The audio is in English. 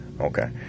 Okay